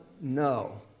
no